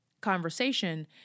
conversation